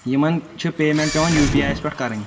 یِمن چھِ پیٚمٮ۪نٛٹ پٮ۪وان یوٗ پی آئی یَس پٮ۪ٹھ کَرٕنۍ